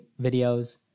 videos